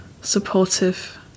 Supportive